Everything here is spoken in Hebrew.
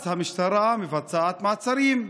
אז המשטרה מבצעת מעצרים,